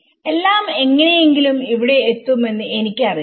എല്ലാം എങ്ങനെയെങ്കിലും ഇവിടെ എത്തുമെന്ന് എനിക്ക് അറിയാം